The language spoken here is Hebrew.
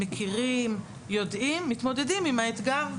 יודעים מתמודדים עם האתגר,